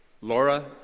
Laura